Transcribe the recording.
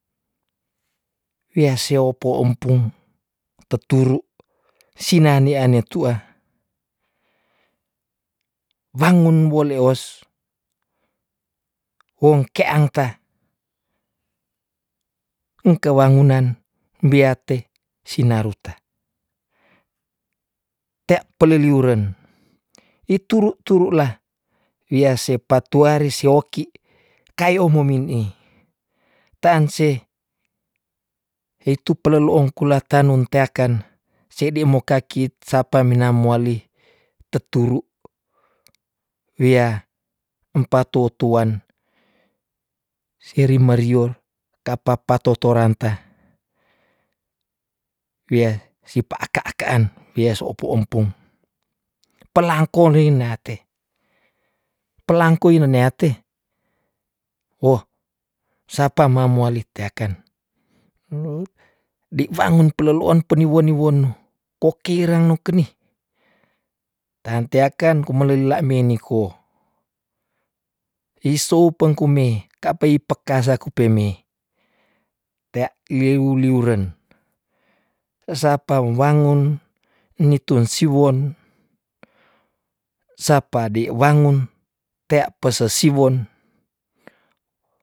Wea se opo empung teturu sinane ane tua, wangon woleos wongke angka, engke wangunan beate sinaruta, tea pele liuren lituru turu la wia sepa tuari si oki kayo momin ih ta an seh itu pele lo ong kulaka nanum teaken sedi mokakit sapa mina mowali teturu wia empa toutuan, seri merior ka pa pato toranta wea si pa aka aka an wea so opo ompong pelang konei nate- pelang koi ne neate woh sapa mamuali teaken, di wangun pele lo on peniwo niwonu kokira nu keni, tante aken ku mele lila meiniko, isu pengkume ka pei peka saku peme tea liu liuren, esapa wangon, nitun siwon, sapa de wangon, tea pese siwon.